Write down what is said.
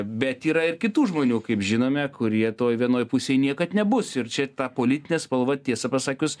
bet yra ir kitų žmonių kaip žinome kurie toj vienoj pusėj niekad nebus ir čia ta politinė spalva tiesą pasakius